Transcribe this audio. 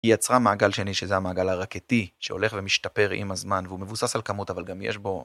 היא יצרה מעגל שני שזה המעגל הרקטי שהולך ומשתפר עם הזמן והוא מבוסס על כמות אבל גם יש בו...